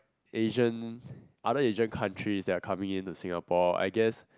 Asian other Asian countries that are coming in to Singapore I guess